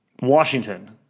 Washington